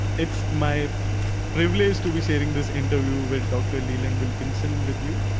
it's my privilege to be sharing this interview with dr. leland wilkinson with you.